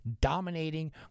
dominating